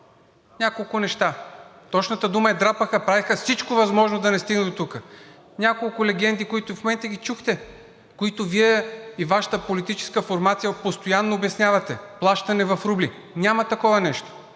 Няколко неща. (Реплики.) Точната дума е „драпаха“, правеха всичко възможно да не стигне дотук. Няколко легенди, които и в момента ги чухте, които Вие и Вашата политическа формация постоянно обяснявате – плащане в рубли. Няма такова нещо!